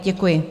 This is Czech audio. Děkuji.